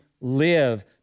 live